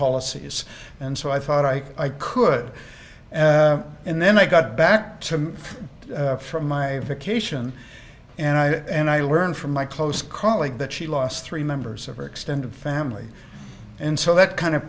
policies and so i thought i could and then they got back to me from my vacation and i and i learned from my close colleague that she lost three members of her extended family and so that kind of